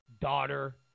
daughter